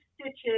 stitches